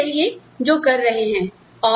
तो आप करते रहिए जो कर रहे हैं